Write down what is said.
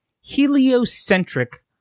heliocentric